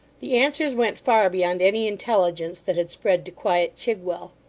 the answers went far beyond any intelligence that had spread to quiet chigwell.